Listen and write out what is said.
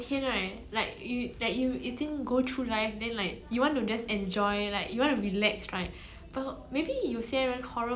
orh